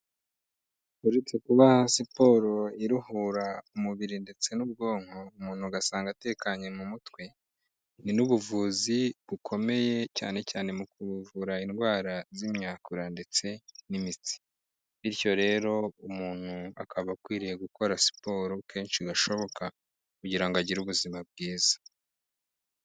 Uretse kuba siporo iruhura umubiri ndetse n'ubwonko umuntu agasanga atekanye mu mutwe ni n'ubuvuzi bukomeye cyane cyane mu kuvura indwara z'imyakura ndetse n'imitsi bityo rero umuntu akaba akwiriye gukora siporo kenshi gashoboka kugira ngo agire ubuzima bwiza.